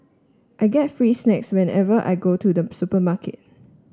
I get free snacks whenever I go to the supermarket